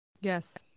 yes